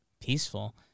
Peaceful